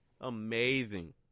Amazing